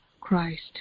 Christ